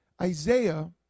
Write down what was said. Isaiah